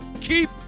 keep